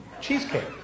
Cheesecake